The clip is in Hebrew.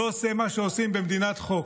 לא עושה מה שעושים במדינת חוק.